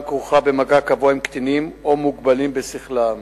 כרוכה במגע קבוע עם קטינים או מוגבלים בשכלם